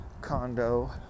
condo